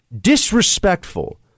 disrespectful